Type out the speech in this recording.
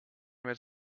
met